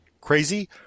crazy